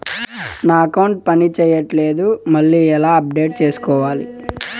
నా అకౌంట్ పని చేయట్లేదు మళ్ళీ ఎట్లా అప్డేట్ సేసుకోవాలి?